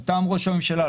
מטעם ראש הממשלה,